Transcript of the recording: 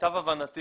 למיטב הבנתי,